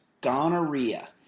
gonorrhea